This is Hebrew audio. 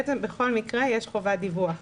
בכל מקרה, יש חובת דיווח.